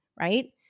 right